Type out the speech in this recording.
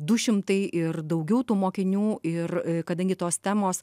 du šimtai ir daugiau tų mokinių ir kadangi tos temos